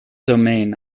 domain